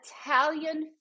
Italian